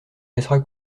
laissera